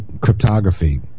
cryptography